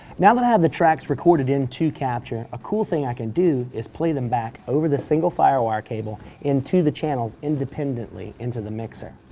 now that i have the tracks recorded into capture a cool thing i can do is play them back over this single firewire cable into the channels independently into the mixer.